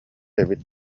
эбит